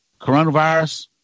Coronavirus